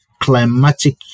climatic